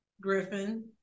Griffin